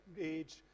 age